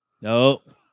Nope